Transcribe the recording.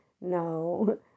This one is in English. no